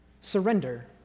Surrender